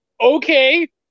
Okay